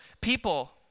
people